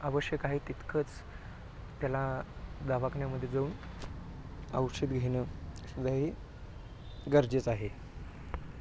आवश्यक आहे तितकंच त्याला दवाखान्यामध्ये जाऊन औषध घेणं सुद्धा हे गरजेचं आहे